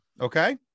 Okay